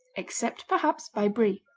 except perhaps by brie.